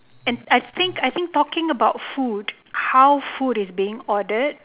and I think I think talking about food how food is being ordered